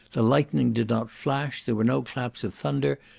the lightning did not flash, there were no claps of thunder,